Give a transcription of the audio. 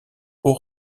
aux